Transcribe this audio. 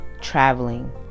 traveling